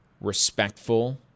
respectful